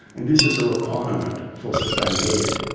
and this is a requirement for sustainability.